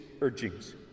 urgings